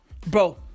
bro